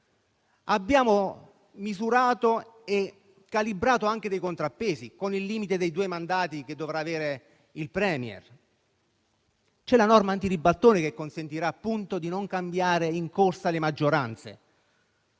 Abbiamo misurato e calibrato anche dei contrappesi: penso al limite dei due mandati che dovrà avere il *Premier,* alla norma antiribaltone che consentirà di non cambiare in corsa le maggioranze.